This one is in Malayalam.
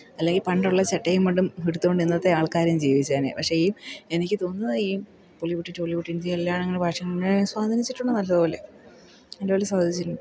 അല്ലെങ്കിൽ പണ്ടുള്ള ചട്ടയും മുണ്ടും ഉടുത്തുകൊണ്ട് ഇന്നത്തെ ആൾക്കാരും ജീവിച്ചേനെ പക്ഷേ ഈ എനിക്ക് തോന്നുന്ന ഈ ബോളിവുണ്ട് ടോളിവുണ്ട് ഇന്ത്യ എല്ലാമങ്ങനെ ഭാഷയിനെ സ്വാധീനിച്ചിട്ടുണ്ട് നല്ലതുപോലെ നല്ലപോലെ സ്വാധീച്ചിട്ടുണ്ട്